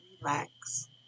relax